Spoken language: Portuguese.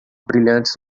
brilhantes